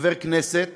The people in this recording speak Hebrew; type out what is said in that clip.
כחבר כנסת